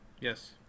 yes